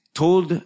told